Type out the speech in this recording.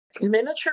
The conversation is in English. Miniature